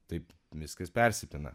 taip viskas persipina